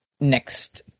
next